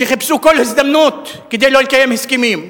שחיפשו כל הזדמנות כדי לא לקיים הסכמים,